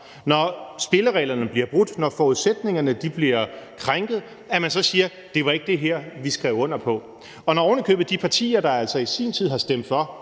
Når spillereglerne bliver brudt, når forudsætningerne bliver krænket, siger man: Det var ikke det her, vi skrev under på. Når ovenikøbet de partier, der altså i sin tid har stemt for